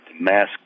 mask